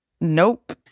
Nope